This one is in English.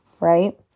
right